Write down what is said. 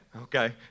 Okay